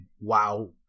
WoW